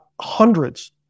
hundreds